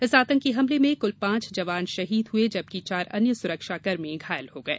इस आतंकी हमले में कुल पांच जवान शहीद हुए जबकि चार अन्य सुरक्षाकर्मी घायल हो गये